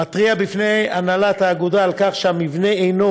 מתריע בפני הנהלת האגודה שהמבנה אינו